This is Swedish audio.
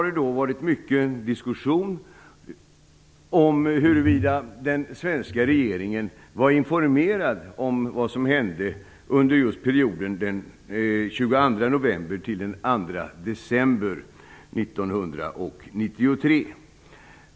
Det har varit mycket diskussion om huruvida den svenska regeringen var informerad om vad som hände under perioden från den 22 november 1993 till den 2 december 1993.